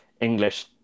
English